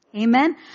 Amen